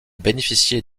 bénéficier